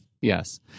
Yes